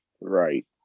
right